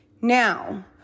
Now